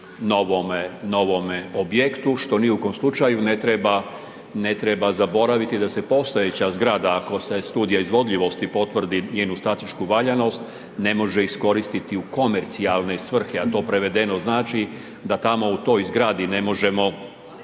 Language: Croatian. novome objektu, što ni u kome slučaju ne treba zaboraviti da se postojeća zgrada, ako se studija izvodljivosti potvrdi njenu statičku valjanost, ne može iskoristiti u komercijalne svrhe, a to prevedeno znači da tamo u toj zgradi ne možemo